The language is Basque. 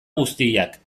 guztiak